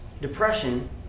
depression